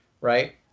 right